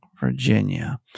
Virginia